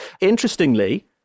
Interestingly